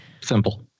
Simple